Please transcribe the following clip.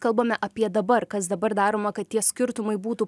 kalbame apie dabar kas dabar daroma kad tie skirtumai būtų